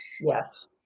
Yes